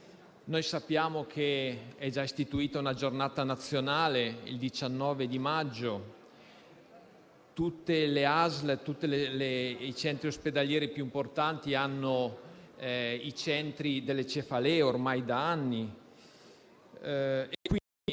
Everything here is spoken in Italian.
Sappiamo che è stata già istituita una giornata nazionale, il 19 maggio e che tutte le ASL e tutti i centri ospedalieri più importanti dispongono di centri per le cefalee ormai da anni.